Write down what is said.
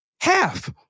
Half